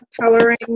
coloring